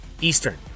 Eastern